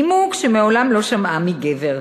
נימוק שמעולם לא שמעה מגבר.